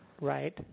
Right